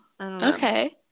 okay